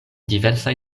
diversaj